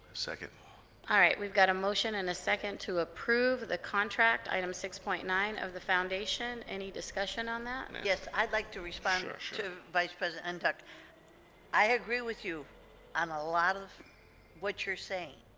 second alright we've got a motion and a second to approve the contract item six point nine of the foundation any discussion on that and yes i'd like to respond to vice president untucked i agree with you on a lot of what you're saying